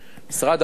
משרד האוצר